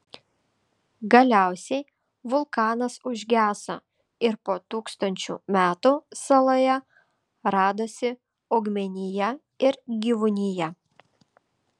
galiausiai vulkanas užgeso ir po tūkstančių metų saloje radosi augmenija ir gyvūnija